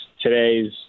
today's